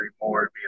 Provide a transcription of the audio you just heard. more